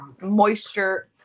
Moisture